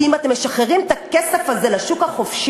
כי אם אתם משחררים את הכסף הזה לשוק החופשי,